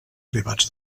privats